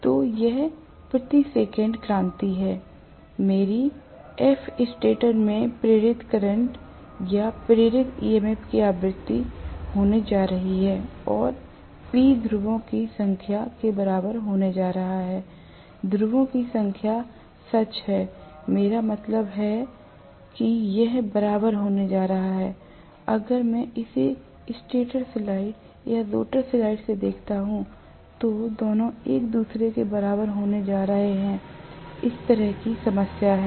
तो यह प्रति सेकंड क्रांति है मेरी f स्टेटर में प्रेरित करंट या प्रेरित ईएमएफ की आवृत्ति होने जा रही है और p ध्रुवों की संख्या के बराबर होने जा रहा है ध्रुवों की संख्या सच है मेरा मतलब है कि यह बराबर होने जा रहा है अगर मैं इसे स्टेटर साइड या रोटर साइड से देखता हूं तो दोनों एक दूसरे के बराबर होने जा रहे हैं इस तरह की समस्या है